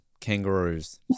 Kangaroos